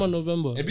November